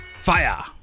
Fire